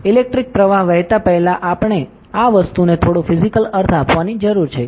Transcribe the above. electric પ્રવાહ વહેતા પહેલા આપણે આ વસ્તુને થોડો ફિઝિકલ અર્થ આપવાની જરૂર છે